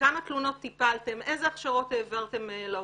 בכמה תלונות טיפלתם, איזה הכשרות העברתם לעובדים.